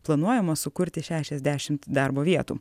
planuojama sukurti šešiasdešim darbo vietų